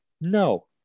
No